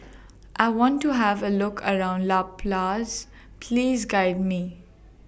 I want to Have A Look around La Paz Please Guide Me